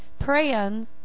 praying